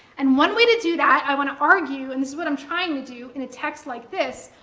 and one way to do that, i want to argue, and this is what i'm trying to do, in a text like this,